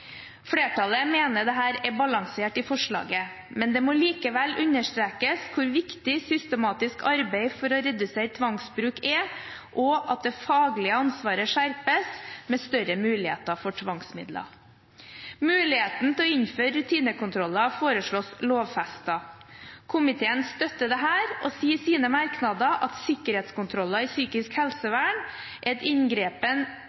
Flertallet mener dette er balansert i forslaget. Men det må likevel understrekes hvor viktig systematisk arbeid for å redusere tvangsbruk er, og at det faglige ansvaret skjerpes med større muligheter for tvangsmidler. Muligheten til å innføre rutinekontroller foreslås lovfestet. Komiteen støtter dette og sier i sine merknader at sikkerhetskontroller i psykisk